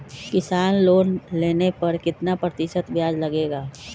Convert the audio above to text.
किसान लोन लेने पर कितना प्रतिशत ब्याज लगेगा?